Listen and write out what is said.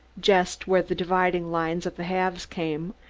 just where the dividing lines of the halves came,